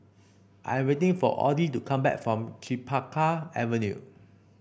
I am waiting for Oddie to come back from Chempaka Avenue